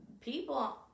People